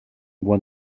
moi